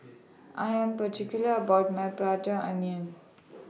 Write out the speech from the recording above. I Am particular about My Prata Onion